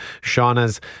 Shauna's